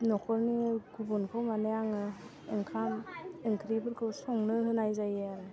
न'खरनि गुबुनखौ माने आङो ओंखाम ओंख्रिफोरखौ संनो होनाय जायो आरो